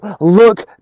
look